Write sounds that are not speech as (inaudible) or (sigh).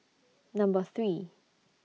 (noise) Number three